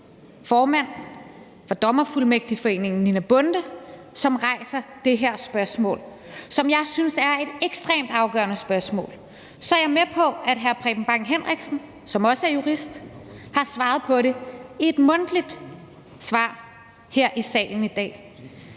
formanden for Dommerfuldmægtigforeningen, Nina Bonde, som rejser det her spørgsmål, som jeg synes er et ekstremt afgørende spørgsmål. Jeg er med på, at hr. Preben Bang Henriksen, som også er jurist, har svaret på det mundtligt her i salen i dag,